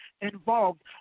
involved